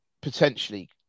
potentially